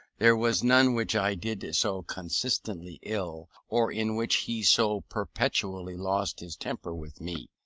there was none which i did so constantly ill, or in which he so perpetually lost his temper with me.